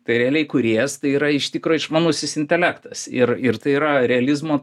tai realiai kūrėjas tai yra iš tikro išmanusis intelektas ir ir tai yra realizmo